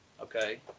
Okay